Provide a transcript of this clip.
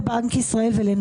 כי לבנק ישראל יש עצמאות.